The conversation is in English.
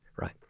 right